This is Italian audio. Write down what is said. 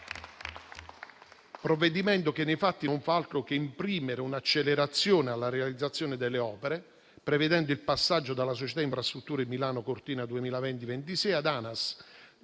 provvedimento che, nei fatti, non fa altro che imprimere un'accelerazione alla realizzazione delle opere, prevedendo il passaggio dalla Società infrastrutture Milano-Cortina 2026 ad ANAS